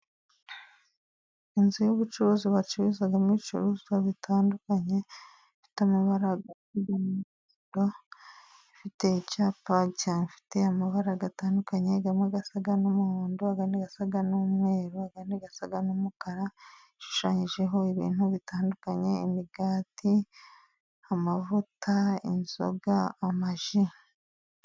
inzu y'ubucuruzi bacururirizagamo ibicuruzwa bitandukanye bifite, amabarariro afite icyapa cyanefite amabaraatandukanye abamo asa n'umuhondo, asa n'umweru, ayandi asa n'umukara yishushanyijeho ibintu bitandukanye imigati ,amavuta ,inzoga, amaji.